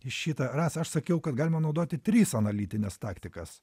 šitą rasa aš sakiau kad galima naudoti tris analitines taktikas